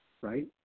right